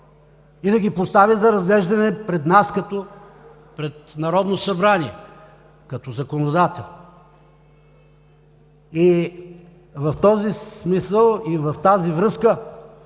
и да ги постави за разглеждане пред нас, пред Народното събрание като законодател. В този смисъл и в тази връзка